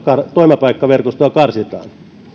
toimipaikkaverkostoa karsitaan